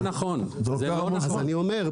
אז אני אומר,